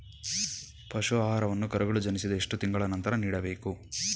ಪಶು ಆಹಾರವನ್ನು ಕರುಗಳು ಜನಿಸಿದ ಎಷ್ಟು ತಿಂಗಳ ನಂತರ ನೀಡಬೇಕು?